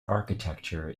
architecture